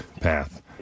path